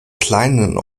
kleinen